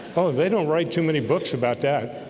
oh, they don't write too many books about that